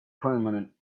permanent